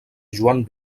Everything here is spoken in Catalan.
joan